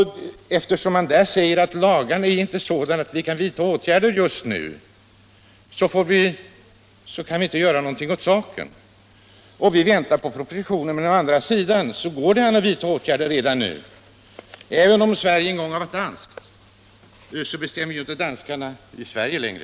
Sjöfartsverket å sin sida säger att lagarna är sådana att det inte är möjligt att vidta åtgärder just nu. Vi har alltså att invänta en proposition från regeringen. Men å andra sidan går det att vidta åtgärder redan nu. Även om Sverige en gång har varit danskt, så bestämmer ju inte danskarna i Sverige längre.